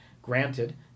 Granted